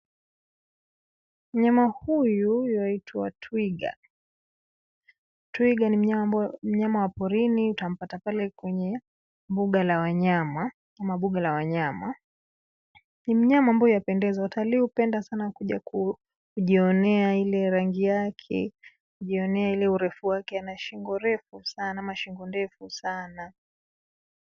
Mnyama huyu ywaitwa twiga, twiga ni mnyama ambao ni mnyama wa porini utampata pale kwenye, mbuga la wanyama, ama buga la wanyama, ni mnyama ambaye ywapendeza watalii hupenda sana kuja ku, kujionea ile rangi yake, kujionea ile urefu wake ana shingo refu, sana ama shingo ndefu sana.